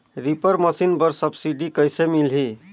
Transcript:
Reaper machine बर subsidy कइसे मिलही?